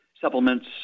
supplements